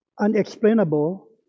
unexplainable